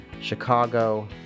Chicago